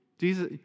Jesus